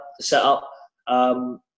set-up